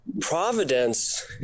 providence